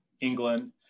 England